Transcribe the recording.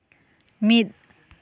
ᱢᱤᱫ